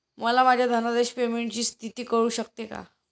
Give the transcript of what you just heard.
मला माझ्या धनादेश पेमेंटची स्थिती कळू शकते का?